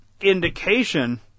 indication